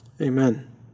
Amen